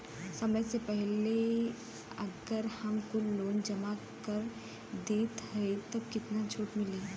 समय से पहिले अगर हम कुल लोन जमा कर देत हई तब कितना छूट मिली?